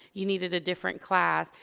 you needed a different class.